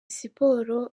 siporo